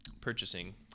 purchasing